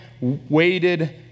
waited